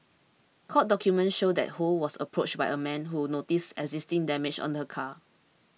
court documents showed that Ho was approached by a man who noticed existing damage on her car